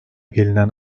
gelinen